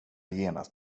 genast